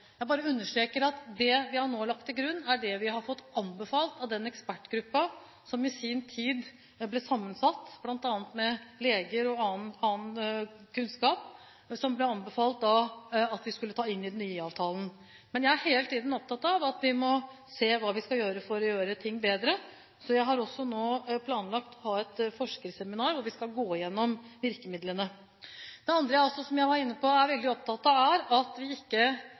Jeg vil bare understreke at det vi nå har lagt til grunn, er det vi har fått anbefalt av den ekspertgruppen som i sin tid ble sammensatt av bl.a. leger og andre med annen kunnskap, å ta inn i den nye IA-avtalen. Jeg har hele tiden vært opptatt av at vi må se hva vi skal gjøre for å gjøre ting bedre. Jeg har også nå planlagt å ha et forskerseminar hvor vi skal gå gjennom virkemidlene. Det andre som jeg var inne på, og som jeg også er veldig opptatt av, er at vi ikke